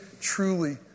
truly